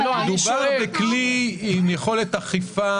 מדובר בכלי עם יכולת אכיפה אופטימלית.